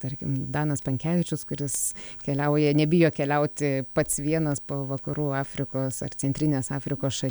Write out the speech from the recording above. tarkim danas pankevičius kuris keliauja nebijo keliauti pats vienas po vakarų afrikos ar centrinės afrikos šal